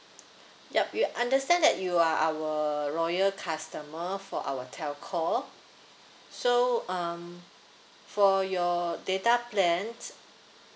yup you understand that you are our loyal customer for our telco so um for your data plan